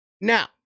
Now